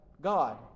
God